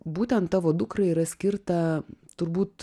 būtent tavo dukrai yra skirta turbūt